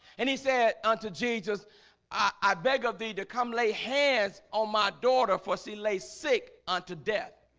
and he said unto jesus i beg of thee to come lay hands on my daughter for she lay sick unto death